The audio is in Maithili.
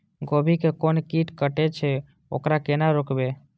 गोभी के कोन कीट कटे छे वकरा केना रोकबे?